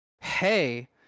hey